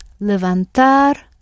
levantar